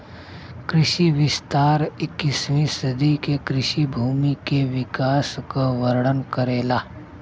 कृषि विस्तार इक्कीसवीं सदी के कृषि भूमि के विकास क वर्णन करेला